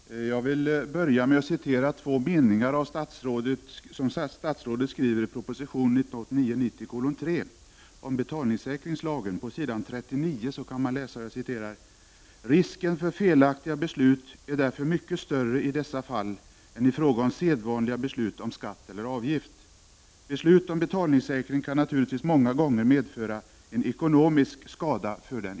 Herr talman! Jag vill börja med att citera två meningar av vad statsrådet skriver i proposition 1989/90:3 om betalningssäkringslagen. På s.39 kan man nämligen läsa: ”Risken för felaktiga beslut är därför mycket större i dessa fall än i fråga om sedvanliga beslut om skatt eller avgift. Beslut om betal ningssäkring kan naturligtvis många gånger medföra en ekonomisk skada för — Prot.